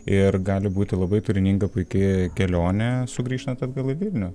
ir gali būti labai turininga puiki kelionė sugrįžtant atgal į vilnių